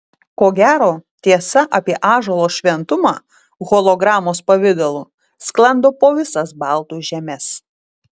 ko gero tiesa apie ąžuolo šventumą hologramos pavidalu sklando po visas baltų žemes